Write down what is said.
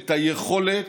את היכולת,